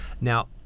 Now